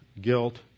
guilt